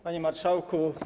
Panie Marszałku!